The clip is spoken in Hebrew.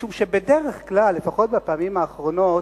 משום שבדרך כלל, לפחות בפעמים האחרונות,